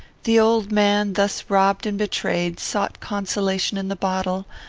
the old man, thus robbed and betrayed, sought consolation in the bottle,